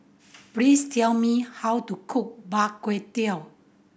please tell me how to cook Bak Kut Teh